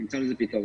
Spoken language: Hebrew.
נמצא לזה פתרון.